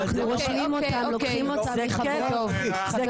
אנחנו רושמים אותם --- זה כן קורה,